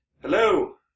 Hello